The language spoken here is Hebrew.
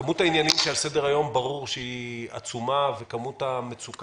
כמות העניינים שעל סדר-היום עצומה והמצוקה